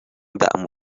عمو